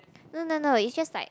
no no no it's just like